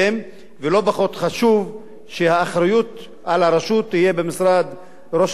ולא פחות חשוב שהאחריות על הרשות תהיה במשרד ראש הממשלה,